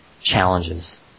challenges